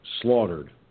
slaughtered